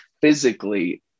physically